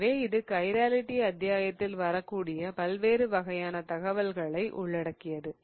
எனவே இது கைராலிட்டி அத்தியாயத்தில் வரக்கூடிய பல்வேறு வகையான தகவல்களை உள்ளடக்கியது